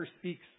speaks